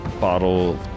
bottle